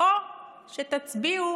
או שתצביעו